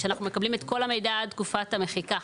שאנחנו מקבלים את כל המידע על תקופת המחיקה.